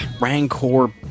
rancor